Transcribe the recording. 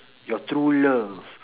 your true love